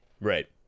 Right